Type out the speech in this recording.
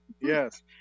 Yes